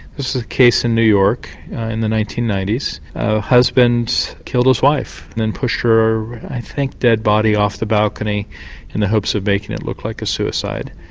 this was a case in new york in the nineteen ninety s. a husband killed his wife and then pushed her i think dead body off the balcony in the hopes of making it look like a suicide.